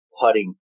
putting